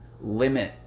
limit